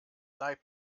leib